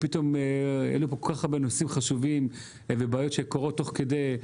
ופתאום העלו פה כול כך הרבה נושאים חשובים ובעיות שקורות תוך כדי.